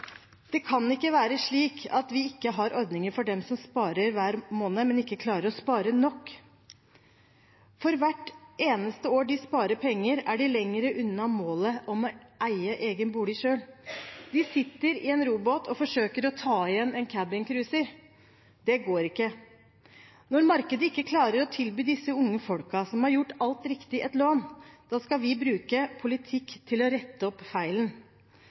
Det kan ikke være slik at vi ikke har ordninger for dem som sparer hver måned, men ikke klarer å spare nok. For hvert eneste år de sparer penger, er de lenger unna målet om å eie egen bolig selv. De sitter i en robåt og forsøker å ta igjen en cabincruiser. Det går ikke. Når markedet ikke klarer å tilby disse unge folkene som har gjort alt riktig, et lån, da skal vi bruke politikken til å rette opp feilen.